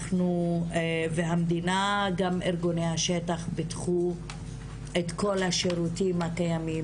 אנחנו והמדינה וגם ארגוני השטח פיתחו את כל השירותים הקיימים